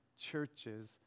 churches